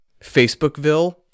Facebookville